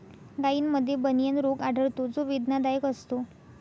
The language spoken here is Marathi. गायींमध्ये बनियन रोग आढळतो जो वेदनादायक असतो